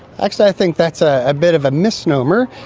actually i think that's ah a bit of a misnomer.